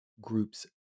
groups